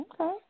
Okay